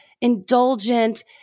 indulgent